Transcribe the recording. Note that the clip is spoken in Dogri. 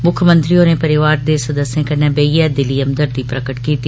मुक्खमंत्री होरें परिवार दे सदस्ये कन्नै बेहियै दिलै थमा हमदर्दी प्रगट कीती